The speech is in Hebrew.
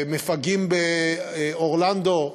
מפגעים באורלנדו,